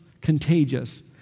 contagious